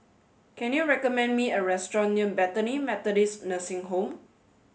can you recommend me a restaurant near Bethany Methodist Nursing Home